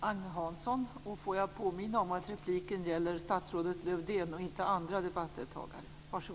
Jag vill påminna om att repliken gäller statsrådet Lövdén, inte andra debattdeltagare.